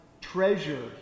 treasure